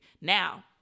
Now